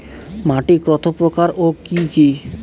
মাটি কতপ্রকার ও কি কী?